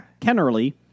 Kennerly